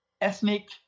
ethnic